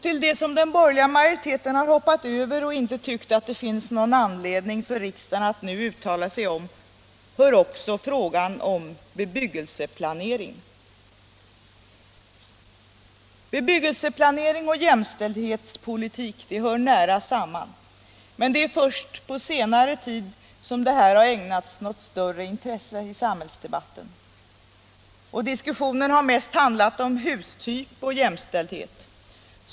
Till det som den borgerliga majoriteten har hoppat över och inte tyckt att det finns någon anledning för riksdagen att nu uttala sig om hör också — Nr 47 frågan om bebyggelseplanering. Bebyggelseplanering och jämställdhetspo Torsdagen den litik hör nära samman. Men först på senare tid har detta ägnats något större 16 december 1976 intresse i samhällsdebatten. Diskussionen har mest handlat om hustyp och jämställdhet.